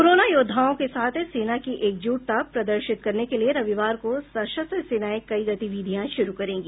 corona योद्धाओं के साथ सेना की एकजूटता प्रदर्शित करने के लिए रविवार को सशस्त्र सेनाएं कईं गतिविधियां शुरू करेंगी